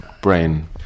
Brain